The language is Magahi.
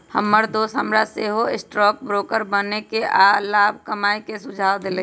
हमर दोस हमरा सेहो स्टॉक ब्रोकर बनेके आऽ लाभ कमाय के सुझाव देलइ